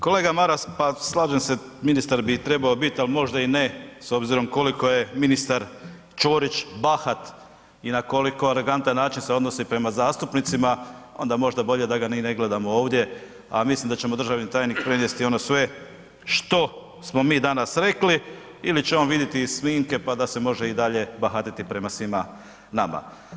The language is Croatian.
Kolega Maras, pa slažem se ministar bi trebao bit, a možda i ne s obzirom koliko je ministar Ćorić bahat i na koliko arogantan način se odnosi prema zastupnicima, onda bolje da ga ni ne gledamo ovdje, a mislim da će mu državni tajnik prenijesti ono sve što smo mi danas rekli ili će on vidjeti iz snimke, pa da se može i dalje bahatiti prema svima nama.